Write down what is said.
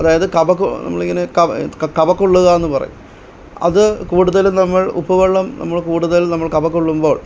അതായത് കവക്ക് നമ്മളിങ്ങനെ കവ കവക്കൊള്ളുകാന്ന് പറയും അത് കൂടുതൽ നമ്മള് ഉപ്പുവെള്ളം നമ്മള് കൂടുതല് നമ്മള് കവക്കൊള്ളുമ്പോള്